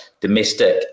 domestic